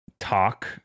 Talk